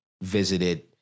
visited